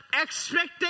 expectation